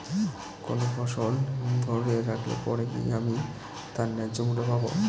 কোনো ফসল হিমঘর এ রাখলে পরে কি আমি তার ন্যায্য মূল্য পাব?